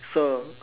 so